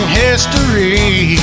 history